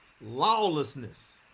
lawlessness